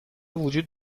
وجود